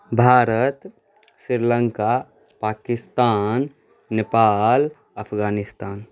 Bharat Sri Lanka Pakistan Nepal Afghanistan